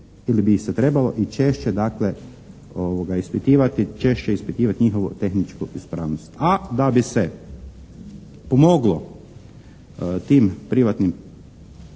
da ih se mora i češće ili bi ih se trebalo i češće ispitivati njihovu tehničku ispravnost. A da bi se pomoglo tim privatnim